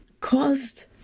caused